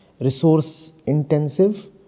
resource-intensive